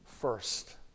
first